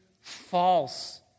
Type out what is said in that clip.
false